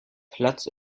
platz